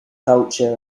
culture